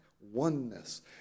oneness